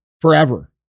Forever